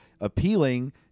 appealing